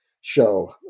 show